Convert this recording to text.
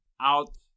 out